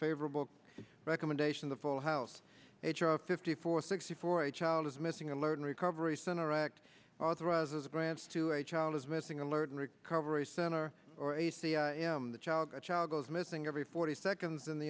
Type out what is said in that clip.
favorable recommendation to full house h r fifty four sixty four a child is missing alert and recovery center act authorizes grants to a child is missing alert recovery center or a c i m the child a child goes missing every forty seconds in the